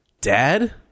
Dad